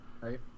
right